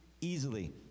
Easily